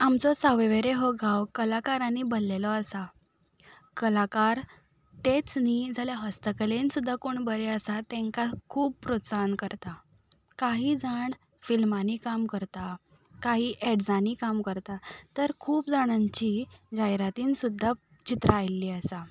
आमचो सावय वेरें हो गांव कलाकारांनी भरलेलो आसा कलाकार तेच न्ही जाल्या हस्तकलेन सुद्दां कोण बरें आसात तेंकां खूब प्रोत्साहन करता काही जाण फिल्मांनी काम करता काही एड्जांनी काम करता तर खूब जाणांची जायरातीन सुद्दां चित्रां आयल्ली आसा